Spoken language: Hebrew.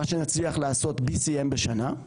מה שנצליח לעשותBCM בשנה,